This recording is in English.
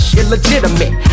illegitimate